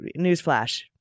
newsflash